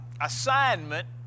assignment